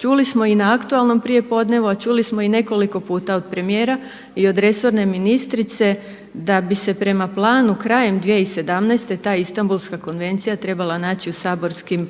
čuli smo i na aktualnom prijepodnevu, a čuli smo i nekoliko puta od premijera i od resorne ministrice da bise prema planu krajem 2017. ta Istambulska konvencija trebala naći u saborskim